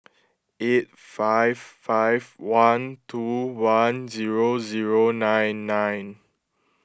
eight five five one two one zero zero nine nine